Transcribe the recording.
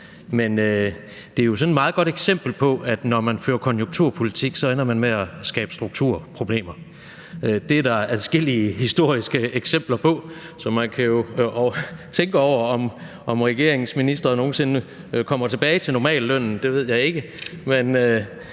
sådan et meget godt eksempel på, at man, når man fører konjunkturpolitik, så ender med at skabe strukturproblemer. Det er der adskillige historiske eksempler på, så man kan jo tænke over, om regeringens ministre nogen sinde kommer tilbage til normallønnen. Det ved jeg ikke,